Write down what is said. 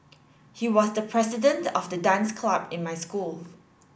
he was the president of the dance club in my school